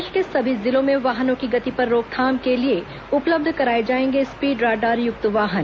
प्रदेश के सभी जिलों में वाहनों की गति पर रोकथाम के लिए उपलब्ध कराए जाएंगे स्पीड राडार युक्त वाहन